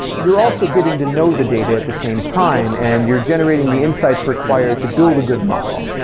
you're also getting to know the data at the same time and you're generating the insights required to build a good model.